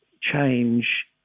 change